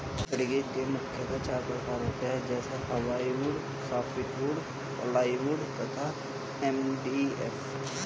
लकड़ी के मुख्यतः चार प्रकार होते हैं जैसे हार्डवुड, सॉफ्टवुड, प्लाईवुड तथा एम.डी.एफ